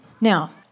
Now